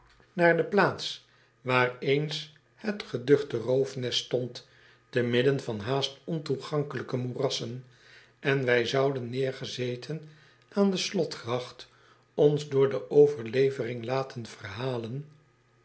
naar de plaats waar eens het geduchte roofnest stond te midden van haast ontoegankelijke moerassen en wij zouden neergezeten aan de slotgracht ons door de overlevering laten verhalen